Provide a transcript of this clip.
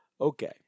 Okay